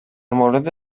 مورد